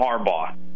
Harbaugh